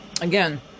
Again